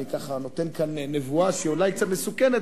אני ככה נותן כאן נבואה שהיא אולי קצת מסוכנת,